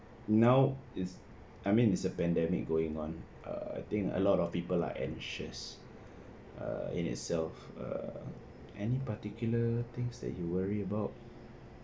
now is I mean is a pandemic going on err I think a lot of people are anxious err in itself err any particular things that you worry about